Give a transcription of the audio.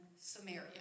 Samaria